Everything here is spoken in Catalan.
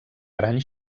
gran